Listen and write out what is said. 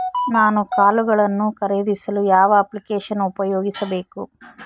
ನಾನು ಕಾಳುಗಳನ್ನು ಖರೇದಿಸಲು ಯಾವ ಅಪ್ಲಿಕೇಶನ್ ಉಪಯೋಗಿಸಬೇಕು?